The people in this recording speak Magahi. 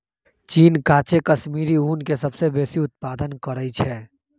चीन काचे कश्मीरी ऊन के सबसे बेशी उत्पादन करइ छै